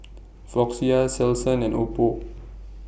Floxia Selsun and Oppo